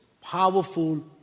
powerful